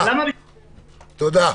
תודה.